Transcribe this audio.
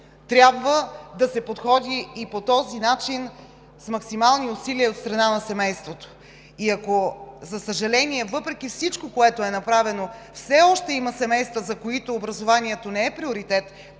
трябва да се подходи и по този начин – с максимални усилия от страна на семейството. И ако, за съжаление, въпреки всичко, което е направено, все още има семейства, за които образованието не е приоритет